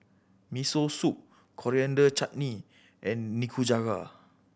Miso Soup Coriander Chutney and Nikujaga